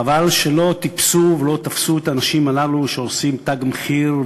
חבל שלא תפסו את האנשים הללו שעושים "תג מחיר",